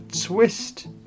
Twist